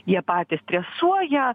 jie patys stresuoja